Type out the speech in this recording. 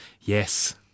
Yes